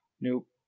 Nope